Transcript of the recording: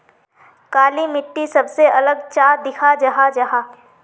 काली मिट्टी सबसे अलग चाँ दिखा जाहा जाहा?